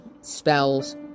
spells